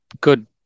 good